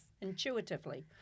intuitively